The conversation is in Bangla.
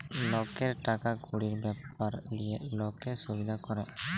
লকের টাকা কুড়ির ব্যাপার লিয়ে লক্কে সুবিধা ক্যরে